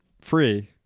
free